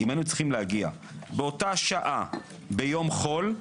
אם היינו צריכים להגיע באותה השעה ביום חול,